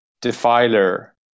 Defiler